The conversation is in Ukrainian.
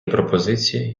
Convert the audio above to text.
пропозиції